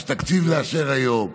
יש תקציב לאשר היום?